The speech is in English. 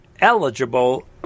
eligible